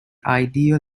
ideal